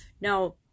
Now